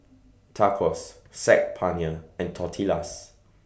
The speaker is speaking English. Tacos Saag Paneer and Tortillas